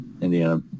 Indiana